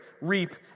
reap